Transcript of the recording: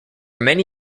many